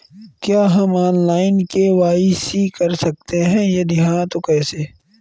क्या हम online KYC कर सकते हैं यदि हाँ तो कैसे?